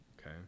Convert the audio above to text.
okay